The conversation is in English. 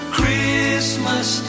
Christmas